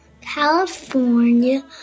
California